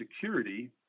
security